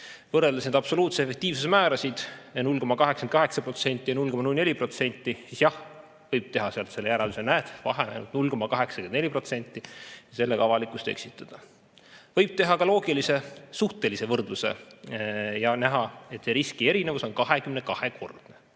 Võrreldes absoluutse efektiivsuse määrasid – 0,88% ja 0,04% –, siis jah, võib teha järelduse, et näed, vahe on ainult 0,84%, ja sellega avalikkust eksitada. Võib teha ka loogilise, suhtelise võrdluse ja näha, et riski erinevus on 22-kordne.